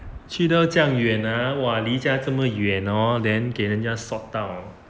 去到这样远 ah !wah! 离家这么远 hor then 给人家 sot 到